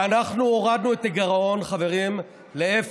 ואנחנו הורדנו את הגירעון, חברים, לאפס.